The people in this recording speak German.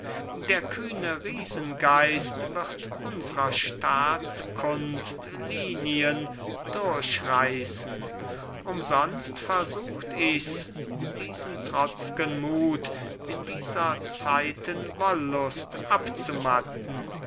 der kühne riesengeist wird unsrer staatskunst linien durchreißen umsonst versucht ichs diesen trotzgen mut in dieser zeiten wollust abzumatten